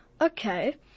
Okay